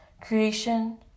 Creation